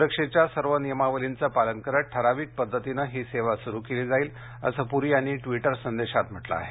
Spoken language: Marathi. सुरक्षेच्या सर्व नियमावलीचं पालन करत ठराविक पद्धतीनं ही सेवा सुरू केली जाईल असं पुरी यांनी ट्विटर संदेशात म्हटलं आहे